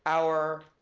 our